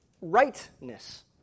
rightness